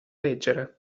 leggere